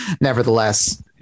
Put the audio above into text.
nevertheless